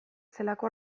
zelako